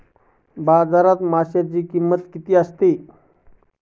बाजारात माशांची किंमत किती असते?